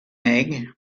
egg